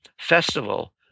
festival